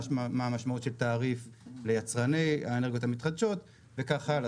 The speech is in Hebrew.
מה המשמעות של תעריף לייצרני האנרגיות המתחדשות וכך האלה.